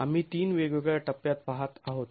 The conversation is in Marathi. आम्ही तीन वेगवेगळ्या टप्प्यात पाहत आहोत